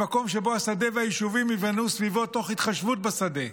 במקום שבו השדה והיישובים ייבנו סביבו תוך התחשבות בשדה.